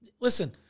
Listen